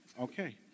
Okay